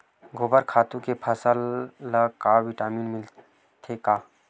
गोबर खातु ले फसल ल का विटामिन मिलथे का?